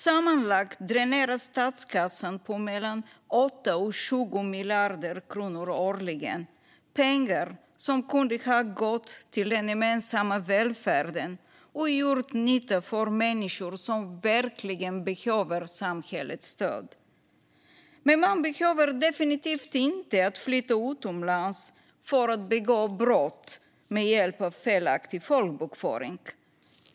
Sammanlagt dräneras statskassan på mellan 8 och 20 miljarder kronor årligen - pengar som kunde ha gått till den gemensamma välfärden och gjort nytta för människor som verkligen behöver samhällets stöd. Men man behöver definitivt inte flytta utomlands för att begå brott med hjälp av felaktig folkbokföring.